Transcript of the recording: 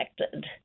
affected